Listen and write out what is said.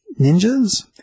ninjas